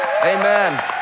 Amen